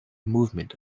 movement